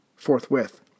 forthwith